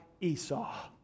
Esau